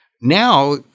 Now